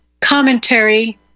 commentary